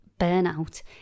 burnout